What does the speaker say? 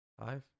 Five